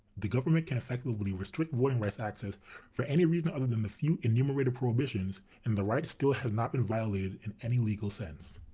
the government can effectively restrict voting access for any reason other than the few enumerated prohibitions, and the right still has not been violated in any legal sense.